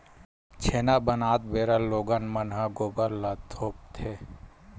छेना बनात बेरा लोगन मन ह गोबर ल थोपथे